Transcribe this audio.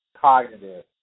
cognitive